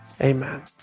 Amen